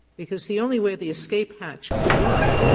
because the only way the escape hatch can work,